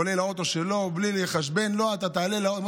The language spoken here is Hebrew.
עולה לאוטו שלו בלי לחשבן: לא, אתה תעלה לאוטו.